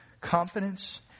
confidence